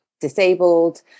disabled